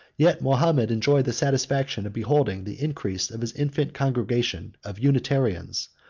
yet mahomet enjoyed the satisfaction of beholding the increase of his infant congregation of unitarians,